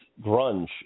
grunge